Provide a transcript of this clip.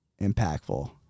impactful